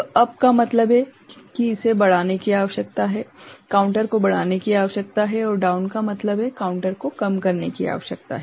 तो अप का मतलब है कि इसे बढ़ाने की आवश्यकता है काउंटर को बढ़ानेकी आवश्यकता है और डाउन का मतलब है काउंटर को कमकरने की आवश्यकता है